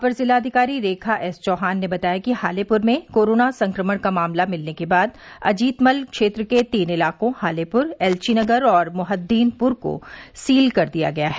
अपर जिलाधिकरी रेखा एस चौहान ने बताया कि हालेपुर में कोरोना संक्रमण का मामला मिलने के बाद अजीतमल क्षेत्र के तीन इलाकों हालेपुर ऐल्वीनगर और मुहद्दीनपुर को सील कर दिया गया है